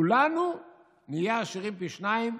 כולנו נהיה עשירים פי שניים